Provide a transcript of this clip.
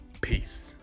Peace